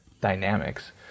dynamics